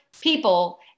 people